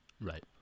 Right